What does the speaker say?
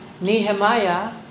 Nehemiah